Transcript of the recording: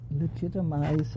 legitimize